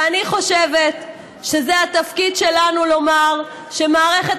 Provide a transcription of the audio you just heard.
ואני חושבת שזה התפקיד שלנו לומר שמערכת